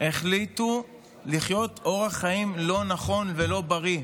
החליטו לחיות אורח חיים לא נכון ולא בריא.